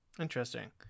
Interesting